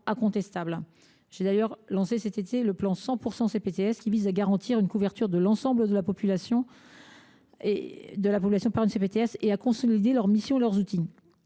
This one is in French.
J’ai d’ailleurs lancé cet été le plan 100 % CPTS, qui vise à garantir une couverture de l’ensemble de la population par une CPTS et à consolider les missions et les outils